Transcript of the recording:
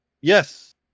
Yes